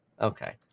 Okay